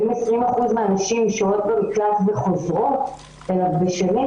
אם 20 אחוזים מהנשים שוהות במקלט וחוזרות אליו שוב,